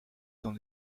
dans